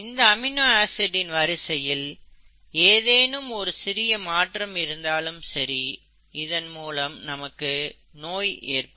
இந்த amino acid இன் வரிசையில் ஏதேனும் ஒரு சிறிய மாற்றம் இருந்தாலும் சரி இதன் மூலம் நமக்கு நோய் ஏற்படும்